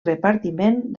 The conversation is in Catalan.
repartiment